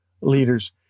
leaders